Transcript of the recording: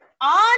on